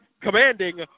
commanding